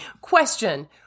Question